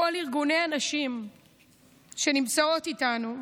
לכל ארגוני הנשים שנמצאים איתנו,